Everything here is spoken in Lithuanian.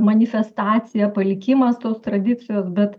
manifestacija palikimas tos tradicijos bet